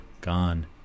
Gone